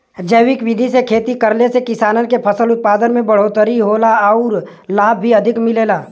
जैविक विधि से खेती करले से किसान के फसल उत्पादन में बढ़ोतरी होला आउर लाभ भी अधिक मिलेला